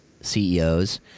CEOs